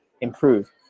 improve